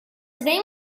name